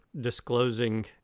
disclosing